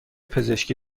پزشکی